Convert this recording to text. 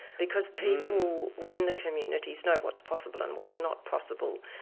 because people within the communities know what's possible and what's not possible.